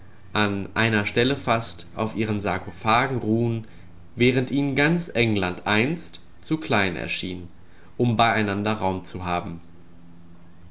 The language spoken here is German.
an einer stelle fast auf ihren sarkophagen ruhen während ihnen ganz england einst zu klein erschien um beieinander raum zu haben